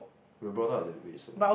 we're brought up that way so